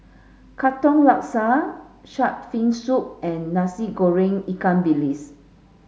Katong Laksa Shark Fin Soup and Nasi Goreng Ikan Bilis